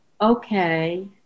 Okay